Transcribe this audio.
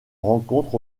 rencontre